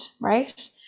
Right